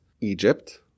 Egypt